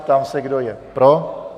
Ptám se, kdo je pro?